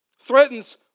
threatens